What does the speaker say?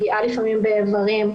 לפגיעה לפעמים באברים,